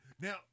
Now